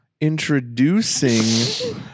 Introducing